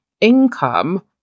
income